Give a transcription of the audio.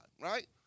right